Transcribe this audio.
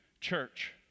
church